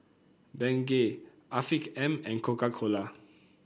Bengay Afiq M and Coca Cola